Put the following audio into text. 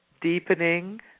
deepening